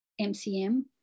MCM